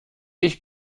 ich